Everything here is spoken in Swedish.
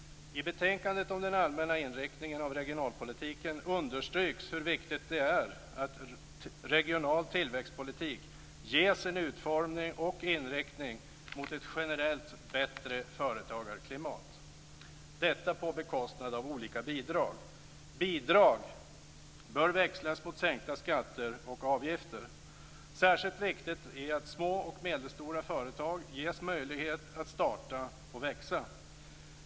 I betänkandet om den allmänna inriktningen av regionalpolitiken understryks hur viktigt det är att regional tillväxtpolitik ges en utformning och inriktning mot ett generellt bättre företagarklimat på bekostnad av olika bidrag. Bidrag bör växlas mot sänkta skatter och avgifter. Särskilt viktigt är att små och medelstora företag ges möjlighet att starta och växa.